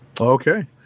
Okay